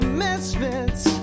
misfits